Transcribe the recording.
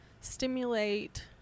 stimulate